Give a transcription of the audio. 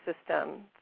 system